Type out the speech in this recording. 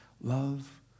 love